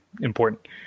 important